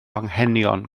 anghenion